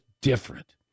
different